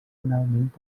finalment